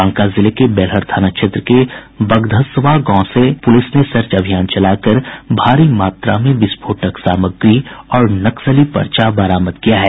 बांका जिले के बेलहर थाना क्षेत्र के बगधसवा गांव के पास पुलिस ने सर्च अभियान चला कर भारी मात्रा में विस्फोटक सामग्री और नक्सली पर्चा बरामद किया है